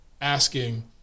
asking